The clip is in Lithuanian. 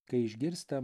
kai išgirstam